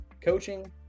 coaching